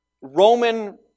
Roman